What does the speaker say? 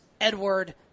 Edward